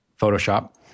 Photoshop